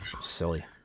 Silly